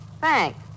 Thanks